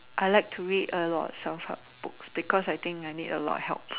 I like to read a lot of self help books because I think I need a lot of help